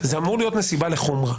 זה אמור להיות מסיבה לחומרה.